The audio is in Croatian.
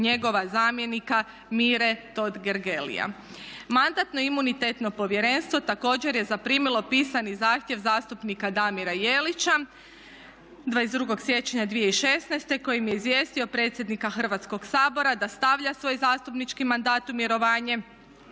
njegova zamjenika Mire Totgergelija. Mandatno-imunitetno povjerenstvo također je zaprimilo pisani zahtjev zastupnika Damira Jelića, 22. siječnja 2016. kojim je izvijestio predsjednika Hrvatskog sabora da stavlja svoj zastupnički mandat u mirovanje